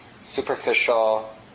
superficial